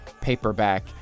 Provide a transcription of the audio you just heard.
paperback